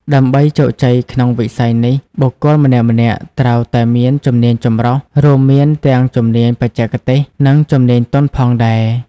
ដើម្បីជោគជ័យក្នុងវិស័យនេះ បុគ្គលម្នាក់ៗត្រូវតែមាន ជំនាញចម្រុះ រួមមានទាំងជំនាញបច្ចេកទេស និងជំនាញទន់ផងដែរ។